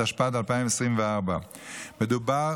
התשפ"ד 2024. מדובר